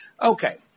Okay